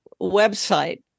website